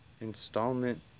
installment